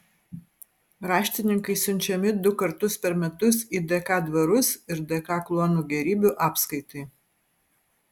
raštininkai siunčiami du kartus per metus į dk dvarus ir dk kluonų gėrybių apskaitai